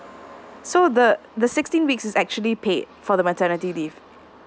so the the sixteen weeks is actually paid for the maternity leave